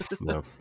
no